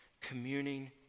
communing